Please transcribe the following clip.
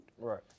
Right